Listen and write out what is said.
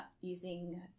using